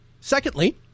Secondly